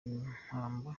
impamba